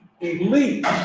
elite